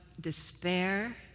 despair